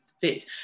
fit